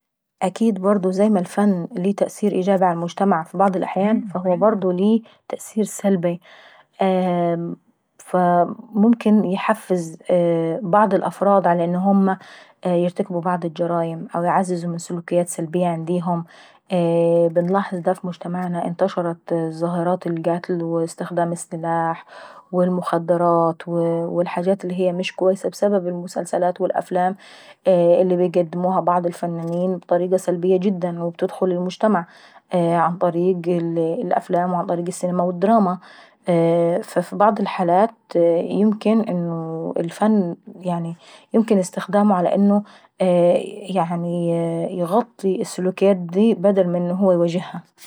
اكيد برضه زي ما الفن ليه تأثير على المجتمع في بعض الأحيان فهو ليه تأثير سلباي. ممكن يحفز بعض الافراد ان هما يرتكبوا بعض الجرايم أو يعزز من سلوكيات سلبية عنديهم. بنلاحظ دا في مجتمعنا انتشرت ظاهرات القتل واستخدام السلاح والمخدرات والحاجات المش كويسة بسبب المسلسلات والافلام اللي بيقدموها بعض الفنانين بطريقة سلبية جدا وبتدخل للمجتمع عن طريق الافلام وعن طريق السينما والدراما. ففي بعض الحالات يمكن ان الفن يمكن استخدامه على انه اييه يعنااي يغطي السلوكياات دي بدل من انه هو يواجهها.